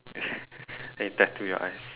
then you tattoo your eyes